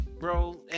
bro